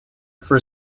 for